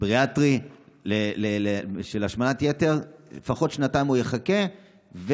בריאטרי בשל השמנת יתר יחכה לפחות שנתיים,